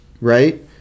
right